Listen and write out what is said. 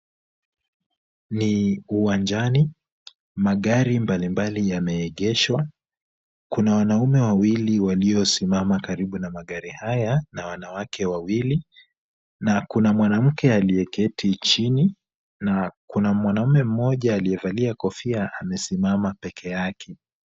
Ni uwanjani. Magari mbalimbali yameegeshwa. Kuna wanaume wawili waliosimama karibu na magari haya na wanawake wawili na kuna mwanamke aliyeketi chini na kuna mwanamme mmoja aliyevalia kofia amesimama pekee yake.